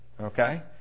Okay